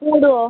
കൂടുവോ